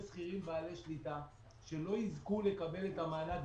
שכירים בעלי שליטה שלא יזכו לקבל את המענק,